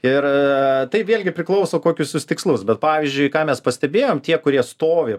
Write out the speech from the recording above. ir tai vėlgi priklauso kokius jūs tikslus bet pavyzdžiui ką mes pastebėjom tie kurie stovi